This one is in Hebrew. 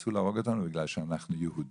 רצו להרוג אותנו בגלל אנחנו יהודים